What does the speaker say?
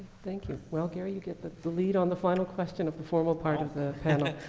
thank you. well, gary, you get the, the lead on the final question of the formal part of the panel.